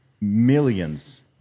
millions